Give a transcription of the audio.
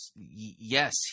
Yes